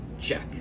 check